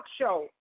show